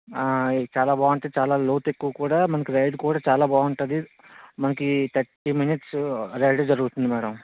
ఇది చాలా బాగుంటుంది చాలా లోతెక్కువ కూడా మనకి రైడ్ కూడా చాలా బాగుంటుంది మనకి తర్టీ మినిట్సు రైడ్ జరుగుతుంది మ్యాడమ్